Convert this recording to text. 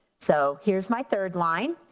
so here's my third line.